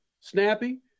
snappy